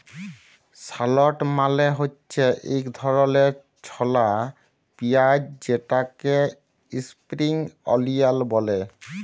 shallot মালে হছে ইক ধরলের ছলা পিয়াঁইজ যেটাকে ইস্প্রিং অলিয়াল ব্যলে